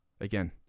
Again